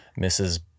Mrs